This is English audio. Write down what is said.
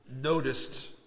noticed